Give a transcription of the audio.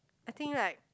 I think like